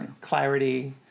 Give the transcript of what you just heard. Clarity